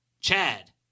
Chad